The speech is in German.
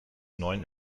neuen